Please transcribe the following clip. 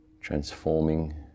transforming